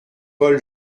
paul